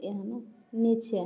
नीचे